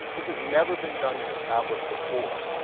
this has never been done in a tablet before.